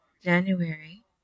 January